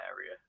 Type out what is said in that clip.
area